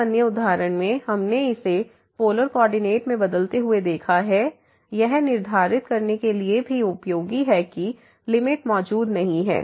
एक अन्य उदाहरण में हमने इसे पोलर कोऑर्डिनेट में बदलते हुए देखा है यह निर्धारित करने के लिए भी उपयोगी है कि लिमिट मौजूद नहीं है